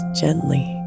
gently